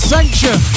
Sanction